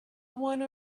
one